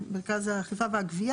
המרכז של רשות האכיפה והגבייה,